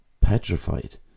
petrified